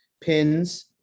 pins